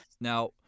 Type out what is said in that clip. Now